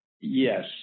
Yes